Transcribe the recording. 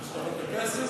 על שטרות הכסף?